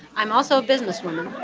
i'm also a businesswoman,